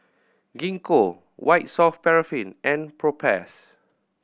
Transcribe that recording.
Gingko White Soft Paraffin and Propass